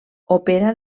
opera